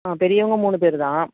ஆ பெரியவங்க மூணு பேர் தான்